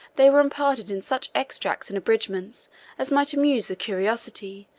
they were imparted in such extracts and abridgments as might amuse the curiosity,